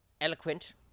eloquent